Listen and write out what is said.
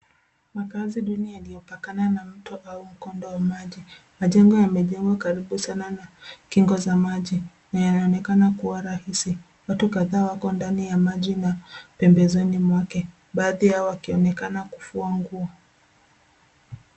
Makaazi duni yaliyopakana na mto au mkondo wa maji. Majengo yamejengwa karibu sana na kingo za maji na yanaonekana kuwa rahisi. Watu kadhaa wako ndani ya maji na pembezoni mwake, baadhi yao wakionekana kufua nguo.